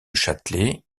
châtelet